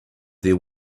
there